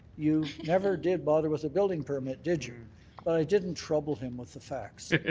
you never did bother with a building permit, did you. but i didn't trouble him with the facts.